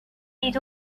need